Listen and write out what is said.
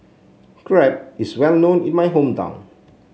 crepe is well known in my hometown